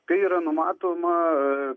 kai yra numatoma